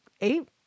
eight